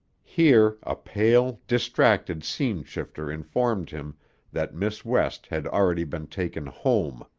here a pale, distracted scene-shifter informed him that miss west had already been taken home.